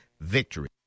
VICTORY